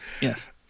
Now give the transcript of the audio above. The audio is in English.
Yes